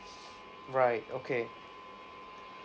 right okay